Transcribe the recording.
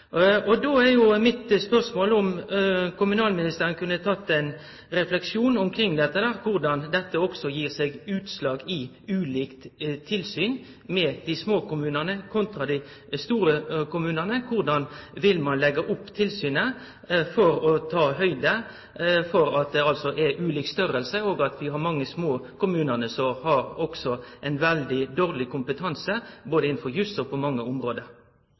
Mitt spørsmål er om kommunalministeren kunne ta ein refleksjon omkring dette, korleis dette også gir seg utslag i ulikt tilsyn med dei små kommunane kontra dei store kommunane. Korleis vil ein leggje opp tilsynet for å ta høgd for at det er ulik størrelse på kommunane, og at mange av dei små kommunane har veldig dårleg kompetanse, både innanfor jus og på mange andre område?